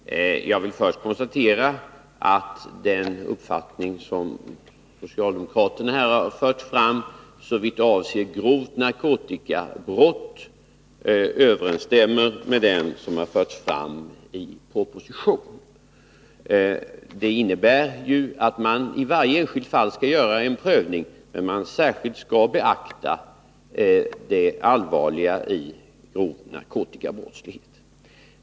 Herr talman! Jag vill först konstatera att den uppfattning som socialdemokraterna här har fört fram såvitt avser grovt narkotikabrott överensstämmer med den som har förts fram i propositionen. Det innebär att man i varje enskilt fall skall göra en prövning, där man särskilt skall beakta det allvarliga i grov narkotikabrottslighet.